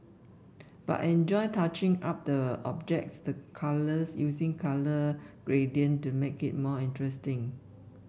but I enjoy touching up the objects the colours using colour gradient to make it more interesting